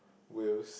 will